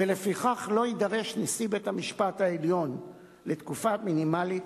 ולפיכך לא יידרש נשיא בית-המשפט העליון לתקופה מינימלית